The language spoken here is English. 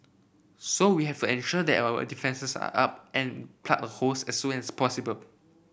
so we have ensure that our defences are up and plug the holes as soon as possible